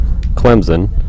Clemson